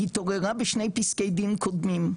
התעוררה בשני פסקי דין קודמים,